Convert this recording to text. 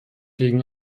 gegen